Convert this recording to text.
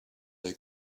they